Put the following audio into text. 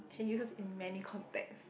changes in many context